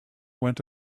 went